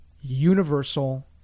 universal